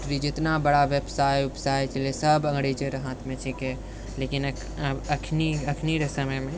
वैक्ट्री जितना बड़ा व्यवसाय उवसाय छलेह सभ अङ्गरेजरे हाथमे छिके लेकिन आब अखनिरे समयमे